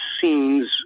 scenes